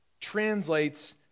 translates